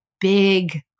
big